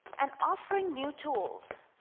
and offering new tools